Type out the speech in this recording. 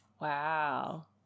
Wow